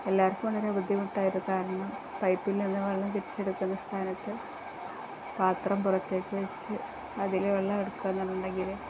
എല്ലാവർക്കും വളരെ ബുദ്ധിമുട്ടായി കാരണം പൈപ്പില്നിന്നു വെള്ളം തിരിച്ചെടുക്കുന്ന സ്ഥാനത്തു പാത്രം പുറത്തേക്കുച്ച് അതില് വെള്ളം എടുക്കാമെന്നുണ്ടെങ്കില്